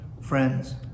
friends